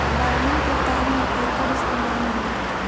violin के तार में एकर इस्तेमाल होला